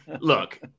look